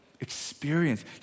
Experience